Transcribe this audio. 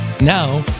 Now